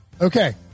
okay